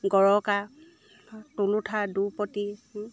গৰকা তুলুঠা দুৰপতি